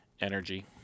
energy